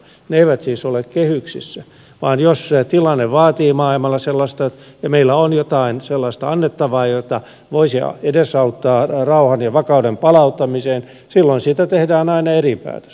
ne eivät siis ole kehyksissä vaan jos tilanne vaatii maailmalla sellaista ja meillä on jotain sellaista annettavaa mikä voisi edesauttaa rauhan ja vakauden palauttamista silloin siitä tehdään aina eri päätös